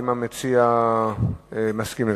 האם המציע מסכים לכך?